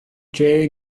jay